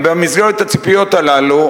במסגרת הציפיות הללו,